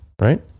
right